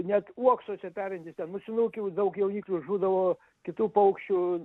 net uoksiuose perintys ten musinukių daug jauniklių žūdavo kitų paukščių